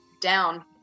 down